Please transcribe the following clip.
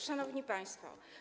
Szanowni Państwo!